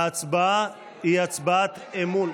ההצבעה היא הצבעת אמון.